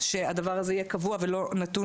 שהדבר הזה יהיה קבוע ולא נתון